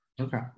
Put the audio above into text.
Okay